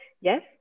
yes